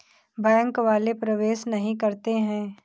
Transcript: Bank वाले प्रवेश नहीं करते हैं?